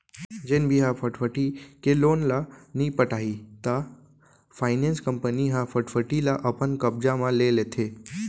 जेन भी ह फटफटी के लोन ल नइ पटाही त फायनेंस कंपनी ह फटफटी ल अपन कब्जा म ले लेथे